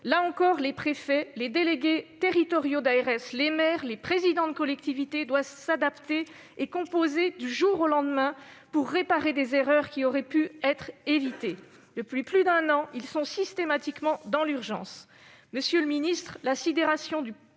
Là encore, les préfets, les délégués territoriaux d'ARS, les maires, les présidents de collectivités territoriales doivent s'adapter et composer, du jour au lendemain, pour réparer les erreurs qui auraient pu être évitées. Depuis plus d'un an, ils sont systématiquement dans l'urgence.